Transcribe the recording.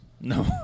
No